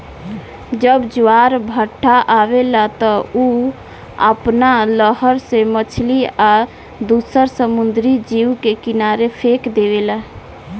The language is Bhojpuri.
जब ज्वार भाटा आवेला त उ आपना लहर से मछली आ दुसर समुंद्री जीव के किनारे फेक देवेला